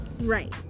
Right